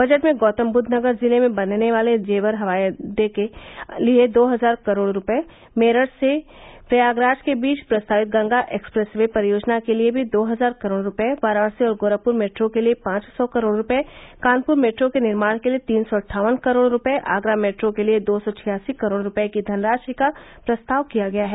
budget में गौतमबुद्व नगर जिले में बनने वाले जेवर अंतर्राष्ट्रीय हवाई अड्डे के लिये दो हजार करोड़ रूपये मेरठ से प्रयागराज के बीच प्रस्तावित गंगा एक्सप्रेस ये परियोजना के लिये भी दो हजार करोड़ रूपये वाराणसी और गोरखपुर मेट्रो के लिये पांच सौ करोड़ रूपये कानपुर मेट्रो के निर्माण के लिये तीन सौ अट्ठावन करोड़ रूपये आगरा मेट्रो के लिये दो सौ छियासी करोड़ रूपये की धनराशि का प्रस्ताव किया गया है